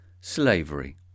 Slavery